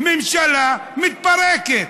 ממשלה מתפרקת.